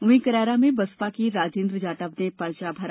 वहीं करेरा में बसपा के राजेन्द्र जाटव ने पर्चा भरा